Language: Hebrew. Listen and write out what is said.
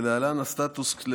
ולהלן הסטטוס המוסדי,